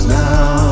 now